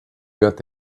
got